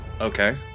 Okay